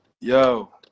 Yo